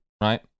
right